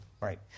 Right